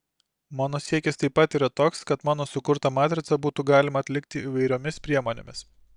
mano siekis taip pat yra toks kad mano sukurtą matricą būtų galima atlikti įvairiomis priemonėmis